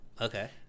Okay